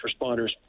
responders